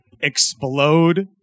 explode